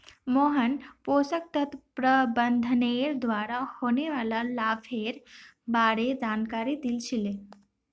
मोहन पोषण तत्व प्रबंधनेर द्वारा होने वाला लाभेर बार जानकारी दी छि ले